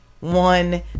one